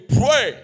pray